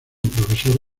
profesor